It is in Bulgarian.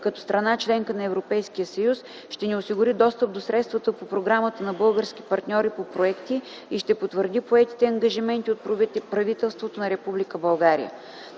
като страна – членка на Европейския съюз, ще осигури достъп до средствата по програмата на български партньори по проекти и ще потвърди поетите ангажименти от правителството на Република България.